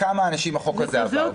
לכמה אנשים החוק הזה עזר,